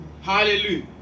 hallelujah